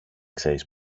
ξέρεις